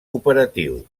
operatiu